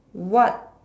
what